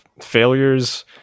failures